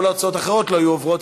כל ההצעות האחרות לא היו עוברות,